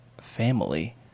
family